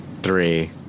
three